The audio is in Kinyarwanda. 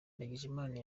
ndagijimana